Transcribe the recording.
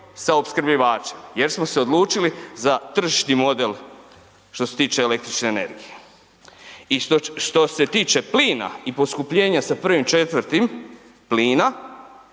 sa opskrbljivačem jer smo se odlučili za tržišni model što se tiče električne energije. I što se tiče plina i poskupljenja sa 1.4. plina,